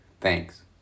Thanks